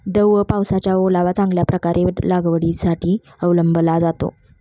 दव व पावसाचा ओलावा चांगल्या प्रकारे लागवडीसाठी अवलंबला जातो